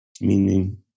Meaning